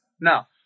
Now